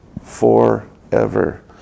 forever